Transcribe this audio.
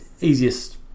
easiest